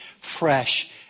fresh